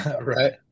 right